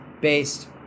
based